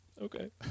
Okay